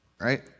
right